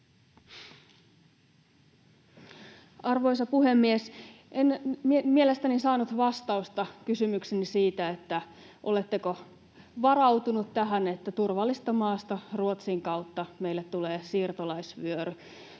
Arvoisa puhemies! En mielestäni saanut vastausta kysymykseeni siitä, oletteko varautuneet tähän, että turvallisesta maasta, Ruotsin kautta, meille tulee siirtolaisvyöry.